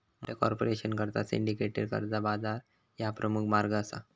मोठ्या कॉर्पोरेशनकरता सिंडिकेटेड कर्जा बाजार ह्या प्रमुख मार्ग असा